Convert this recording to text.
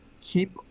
keep